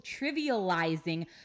trivializing